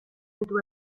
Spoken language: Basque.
ditu